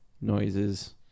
noises